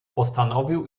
postanowił